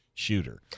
shooter